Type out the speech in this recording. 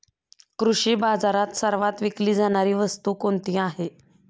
कृषी बाजारात सर्वात विकली जाणारी वस्तू कोणती आहे?